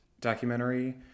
documentary